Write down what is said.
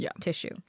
tissue